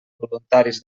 voluntaris